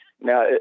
now